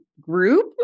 group